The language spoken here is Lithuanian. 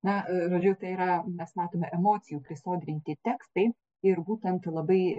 na žodžiu tai yra mes matėme emocijų prisodrinti tekstai ir būtent labai